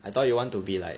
I thought you want to be like